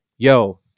Yo